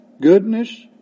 goodness